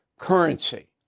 currency